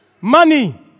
Money